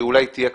שאולי תהיה,